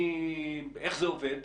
איך זה עובד?